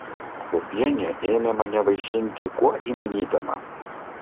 popienė ėmė mane vaišinti kuo įmanydama